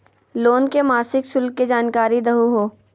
Loan के मासिक शुल्क के जानकारी दहु हो?